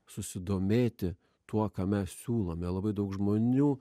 susidomėti tuo ką mes siūlome labai daug žmonių